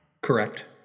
Correct